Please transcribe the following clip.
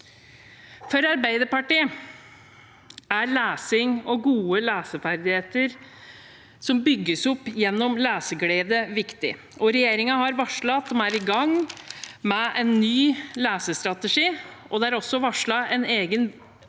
For Arbeiderpartiet er lesing og gode leseferdigheter som bygges opp gjennom leseglede, viktig, og regjeringen har varslet at de er i gang med en ny lesestrategi. Det er også varslet en egen gjennomgang